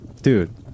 dude